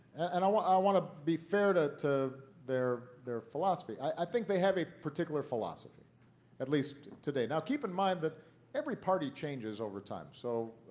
and i want i want to be fair to to their their philosophy. i think they have a particular philosophy at least today. now, keep in mind that every party changes over time. so